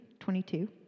22